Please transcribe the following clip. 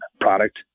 product